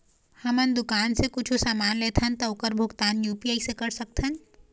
हमन दुकान से कुछू समान लेथन ता ओकर भुगतान यू.पी.आई से कर सकथन?